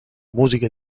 musiche